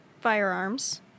firearms